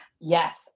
Yes